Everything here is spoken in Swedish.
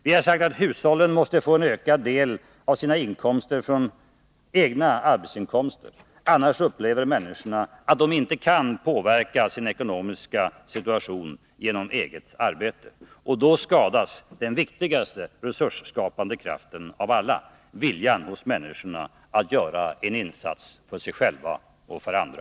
Vi har sagt att hushållen måste få en ökad del av sina inkomster från egna arbetsinkomster; annars upplever människorna inte att de kan påverka sin ekonomiska situation genom eget arbete. Då skadas den viktigaste resursskapande kraften av alla: viljan hos människorna att göra en insats för sig själva och för andra.